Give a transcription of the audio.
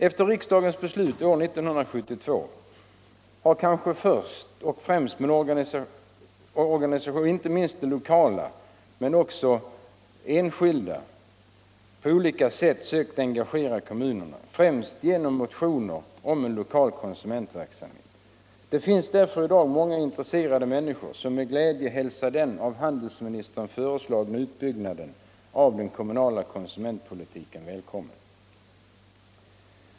Efter riksdagens beslut år 1972 har inte minst de lokala organisationerna men också enskilda på olika sätt sökt engagera kommunerna, främst genom motioner om en lokal konsumentverksamhet. Det finns därför i dag många intresserade människor som med glädje hälsar den av handelsministern föreslagna utbyggnaden av den kommunala konsumentpolitiken välkommen.